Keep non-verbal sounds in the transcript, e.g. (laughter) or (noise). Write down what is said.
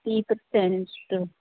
(unintelligible)